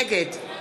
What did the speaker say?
נגד מיכל רוזין,